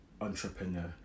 entrepreneur